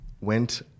went